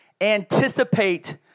anticipate